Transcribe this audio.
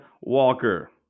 Walker